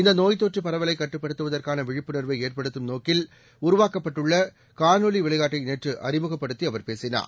இந்தநோய் தொற்றுபரவலைகட்டுப்படுத்துவதற்கானவிழிப்புணர்வைஏற்படுத்தும் நோக்கில் உருவாக்கப்பட்டுள்ளகாணொலிவிளையாட்டைநேற்றுஅறிமுகப்படுத்திஅவர் பேசினார்